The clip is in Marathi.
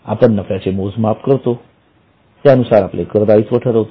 आपण नफ्याचे मोजमाप करतो व त्यानुसार आपले करदायित्व ठरवतो